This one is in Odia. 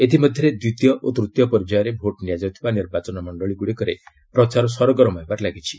ଇତିମଧ୍ୟରେ ଦ୍ୱିତୀୟ ଓ ତୂତୀୟ ପର୍ଯ୍ୟାୟରେ ଭୋଟ୍ ନିଆଯାଉଥିବା ନିର୍ବାଚନ ମଣ୍ଡଳୀଗୁଡ଼ିକରେ ପ୍ରଚାର ସରଗରମ ହେବାରେ ଲାଗିଛି